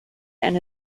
and